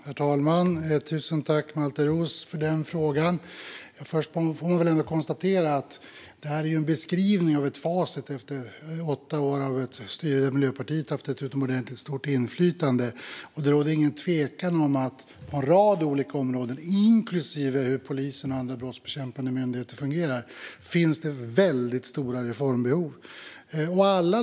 Herr talman! Tusen tack, Malte Roos, för den frågan! Först får man väl ändå konstatera att detta är en beskrivning av ett facit efter åtta år av ett styre där Miljöpartiet har haft ett utomordentligt stort inflytande. Det råder ingen tvekan om att det på en rad olika områden, inklusive när det gäller hur polisen och andra brottsbekämpande myndigheter fungerar, finns väldigt stora reformbehov.